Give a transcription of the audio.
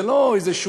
זה לא איזה,